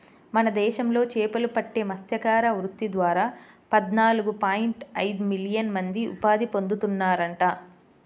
మన దేశంలో చేపలు పట్టే మత్స్యకార వృత్తి ద్వారా పద్నాలుగు పాయింట్ ఐదు మిలియన్ల మంది ఉపాధి పొందుతున్నారంట